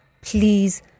Please